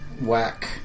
whack